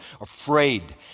afraid